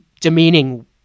demeaning